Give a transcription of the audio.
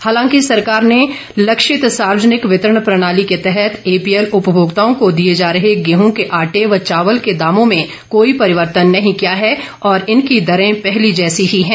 हालांकि सरकार ने लक्षित सार्वजनिक वितरण प्रणाली के तहत एपीएल उपमोक्ताओं को दिए जा रहे गेहूं के आटे व चावल के दामों में कोई परिवर्तन नहीं किया है और इनकी दरें पहले जैसी ही हैं